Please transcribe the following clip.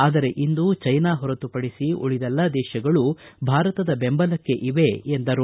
ಆದರೆ ಇಂದು ಚೈನಾ ಹೊರತುಪಡಿಸಿ ಉಳಿದೆಲ್ಲಾ ದೇಶಗಳು ಭಾರತದ ಬೆಂಬಲಕ್ಷೆ ಇವೆ ಎಂದರು